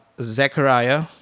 Zechariah